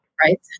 Right